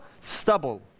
stubble